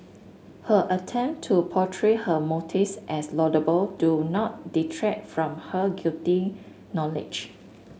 her attempt to portray her motives as laudable do not detract from her guilty knowledge